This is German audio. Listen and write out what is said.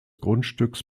grundstücks